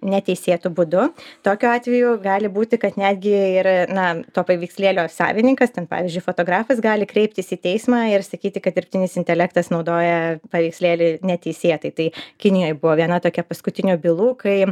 neteisėtu būdu tokiu atveju gali būti kad netgi yra na to paveikslėlio savininkas ten pavyzdžiui fotografas gali kreiptis į teismą ir sakyti kad dirbtinis intelektas naudoja paveikslėlį neteisėtai tai kinijoj buvo viena tokia paskutinių bylų kai